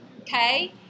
Okay